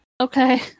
Okay